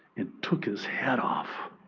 and took his head off.